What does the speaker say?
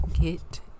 get